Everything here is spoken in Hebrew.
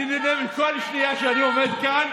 אני נהנה מכל שנייה שאני עומד כאן.